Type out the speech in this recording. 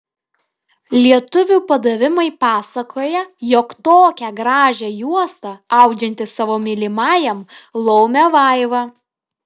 lietuvių padavimai pasakoja jog tokią gražią juostą audžianti savo mylimajam laumė vaiva